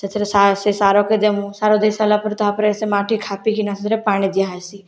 ସେଥିରେ ସେ ସାରକେ ଦେମୁ ସାର ଦେଇ ସାରିଲା ପରେ ତାହାପରେ ସେ ମାଟି ଖାପିକିନା ସେଥିରେ ପାଣି ଦିଆହେସି